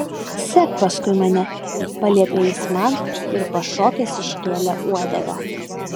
sek paskui mane paliepė jis man ir pašokęs iškėlė uodegą